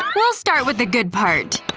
we'll start with the good part.